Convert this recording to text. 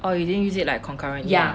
oh you didn't use it like concurrently lah